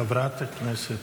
חברת הכנסת,